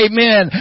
Amen